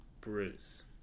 Bruce